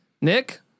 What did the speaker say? Nick